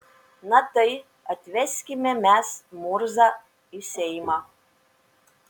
na tai atveskime mes murzą į seimą